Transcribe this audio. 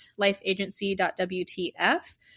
lifeagency.wtf